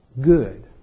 good